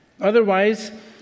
Otherwise